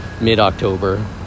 mid-October